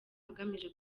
agamije